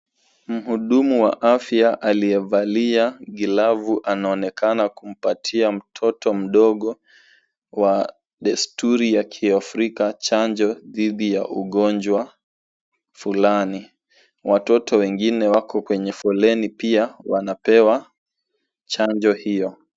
Mhudumu wa afya aliyevalia glovu anaonekana kumpatia mtoto mdogo wa desturi ya Kiafrika chanjo dhidi ya ugonjwa fulani. Watoto wengine wako kwenye foleni pia wanapewa chanjo hiyo.